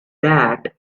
that